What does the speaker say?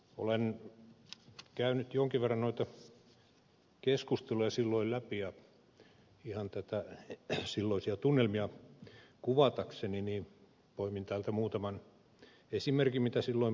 olen käynyt jonkin verran noita keskusteluja läpi ja ihan silloisia tunnelmia kuvatakseni poimin täältä muutaman esimerkin siitä mitä silloin puhuttiin